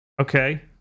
okay